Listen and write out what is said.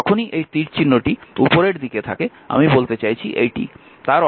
যখনই এই তীরচিহ্নটি উপরের দিকে থাকে আমি বলতে চাইছি এইটি